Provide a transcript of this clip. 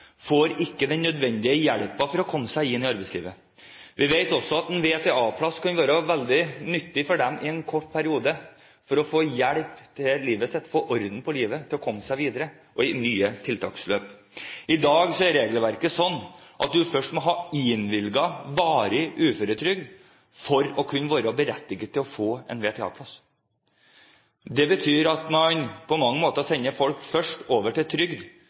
får ikke den nødvendige hjelpen for å komme seg inn i arbeidslivet. Vi vet også at en VTA-plass kan være veldig nyttig for disse i en veldig kort periode, for å få hjelp og orden på livet, for å komme seg videre og inn i nye tiltaksløp. I dag er regelverket sånn at man først må ha fått innvilget varig uføretrygd for å kunne være berettiget til å få en VTA-plass. Det betyr at man på mange måter sender folk først over på trygd,